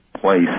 place